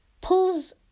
pulls